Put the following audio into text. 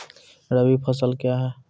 रबी फसल क्या हैं?